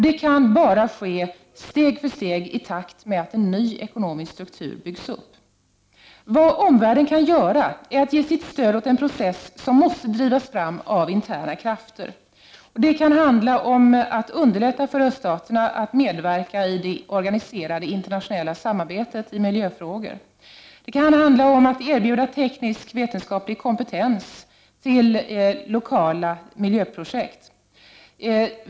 Det kan bara ske steg för steg i takt med att en ny ekonomisk struktur byggs upp. Det omvärlden kan göra är att ge sitt stöd åt en process som måste drivas fram av interna krafter. Det kan handla om att underlätta för öststaterna att medverka i det organiserade internationella samarbetet i miljöfrågor och att erbjuda teknisk och vetenskaplig kompetens till lokala miljöprojekt.